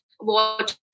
Watch